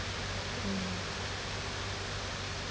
mm